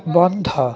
বন্ধ